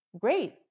Great